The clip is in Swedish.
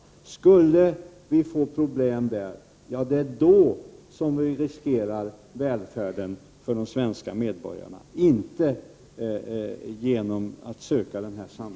Vi riskerar de svenska medborgarnas välfärd om vi får problem med den exporten, inte genom att söka samverkan.